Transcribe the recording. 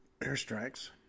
airstrikes